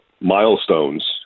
milestones